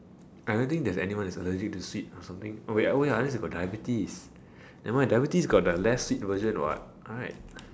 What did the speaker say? I don't think there's anyone who is allergic to sweets or something oh ya unless you got diabetes but ya diabetes got the less sweet version one what right